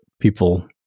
people